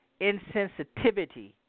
Insensitivity